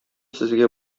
сезгә